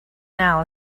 now